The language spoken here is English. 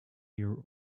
near